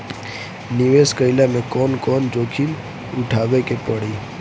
निवेस कईला मे कउन कउन जोखिम उठावे के परि?